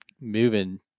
moving